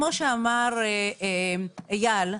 כמו שאמר אייל,